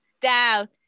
Down